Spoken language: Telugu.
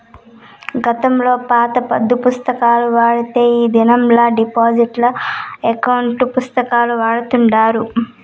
గతంలో పాత పద్దు పుస్తకాలు వాడితే ఈ దినంలా డిజిటల్ ఎకౌంటు పుస్తకాలు వాడతాండారు